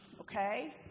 okay